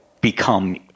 become